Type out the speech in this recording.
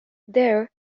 there